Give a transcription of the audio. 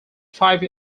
five